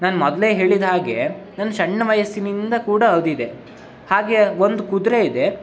ನಾನು ಮೊದಲೇ ಹೇಳಿದ ಹಾಗೆ ನನ್ನ ಸಣ್ಣ ವಯಸ್ಸಿನಿಂದ ಕೂಡ ಅದು ಇದೆ ಹಾಗೇ ಒಂದು ಕುದುರೆ ಇದೆ